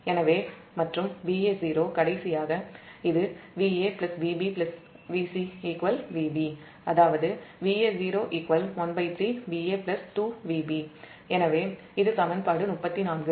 எனவே Va0 கடைசியாக Va Vb Vc Vb அதாவது Va0 13 Va 2Vb இது சமன்பாடு 34